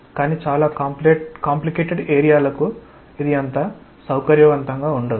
కానీ చాలా complicated area లకు ఇది అంత సౌకర్యవంతంగా ఉండదు